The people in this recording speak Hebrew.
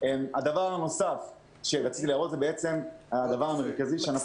--- הדבר הנוסף שרציתי להראות וזה הדבר המרכזי שאנחנו